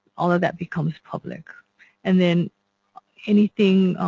all of that becomes public and then anything